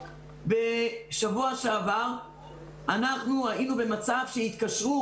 בשבוע שעבר אנחנו היינו במצב שהתקשרו